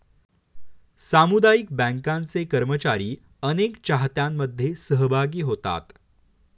सामुदायिक बँकांचे कर्मचारी अनेक चाहत्यांमध्ये सहभागी होतात